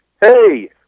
Hey